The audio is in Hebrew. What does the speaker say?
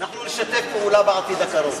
אנחנו נשתף פעולה בעתיד הקרוב.